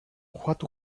what